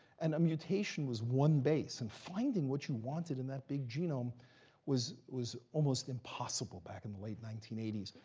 and a mutation was one base. and finding what you wanted in that big genome was was almost impossible back in the late nineteen eighty s.